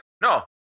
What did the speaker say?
no